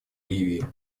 ливии